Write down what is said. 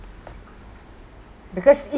because it